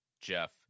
Jeff